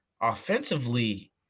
offensively